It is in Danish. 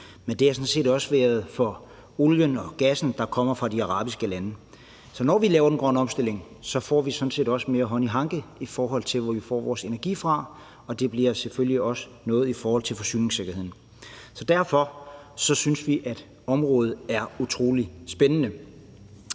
men det har sådan set også været i forhold til olien og gassen, der kommer fra de arabiske lande. For når vi laver den grønne omstilling, får vi sådan set også mere hånd i hanke med, hvor vi får vores energi fra, og det handler selvfølgelig også om forsyningssikkerheden. Derfor synes vi, at området er utrolig spændende.